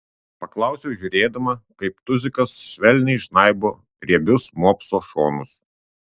paklausiau žiūrėdama kaip tuzikas švelniai žnaibo riebius mopso šonus